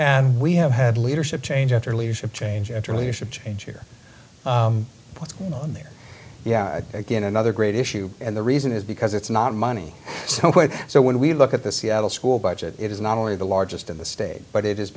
and we have had leadership change after leadership change after leadership change here what's going on there again another great issue and the reason is because it's not money so what so when we look at the seattle school budget it is not only the largest in the state but it has